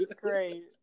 great